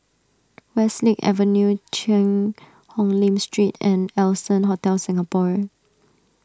Westlake Avenue Cheang Hong Lim Street and Allson Hotel Singapore